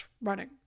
running